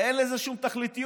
אין לזה שום תכליתיות.